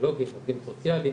פסיכולוגים ועובדים סוציאליים,